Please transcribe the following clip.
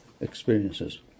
experiences